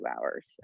hours